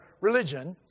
religion